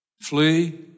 Flee